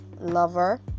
Lover